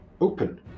open